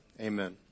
Amen